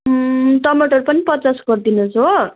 टमाटर पनि पचास गरिदिनु होस् हो